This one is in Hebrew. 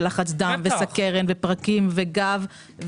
של לחץ דם וסכרת ופרקים וגב,